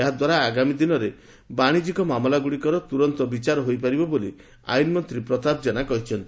ଏହାଦ୍ୱାରା ଆଗାମୀ ଦିନରେ ବାଶିଜ୍ୟିକ ମାମଲା ଗୁଡ଼ିକର ତୁରନ୍ତ ବିଚାର ହୋଇପାରିବ ବୋଲି ଆଇନ୍ମନ୍ତୀ ପ୍ରତାପ ଜେନା କହିଛନ୍ତି